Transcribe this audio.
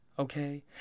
Okay